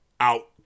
Out